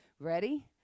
ready